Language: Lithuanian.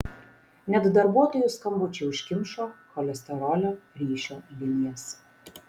net darbuotojų skambučiai užkimšo cholesterolio ryšio linijas